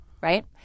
right